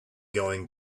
going